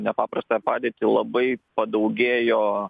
nepaprastąją padėtį labai padaugėjo